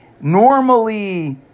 normally